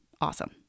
awesome